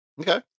Okay